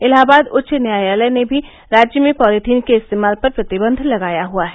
इलाहाबाद उच्च न्यायालय ने भी राज्य में पॉलीथिन के इस्तेमाल पर प्रतिबंध लगाया हुआ है